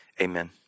Amen